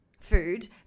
food